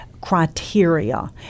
criteria